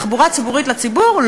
תחבורה ציבורית לציבור,